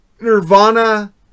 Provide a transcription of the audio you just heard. Nirvana